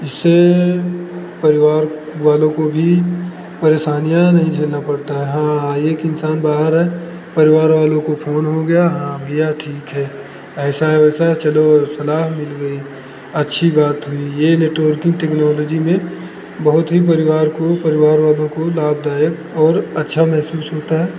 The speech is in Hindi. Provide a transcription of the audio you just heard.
इससे परिवार वालों को भी परेशानियाँ नहीं झेलना पड़ता है हाँ एक इंसान बाहर है परिवार वालों को फोन हो गया हाँ भैया ठीक है ऐसा वैसा चलो और चला मिल गई अच्छी बात हुई ये नेटवर्किंग टेक्नोलॉजी में बहुत ही परिवार को परिवार वालों को लाभदायक और अच्छा महसूस होता है